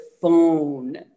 phone